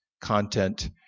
content